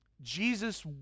Jesus